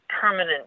permanent